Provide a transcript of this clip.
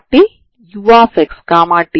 కాబట్టి ఇంక మిగిలినది 14c2 ∬∆hxt 2c dx dt అవుతుంది